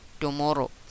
tomorrow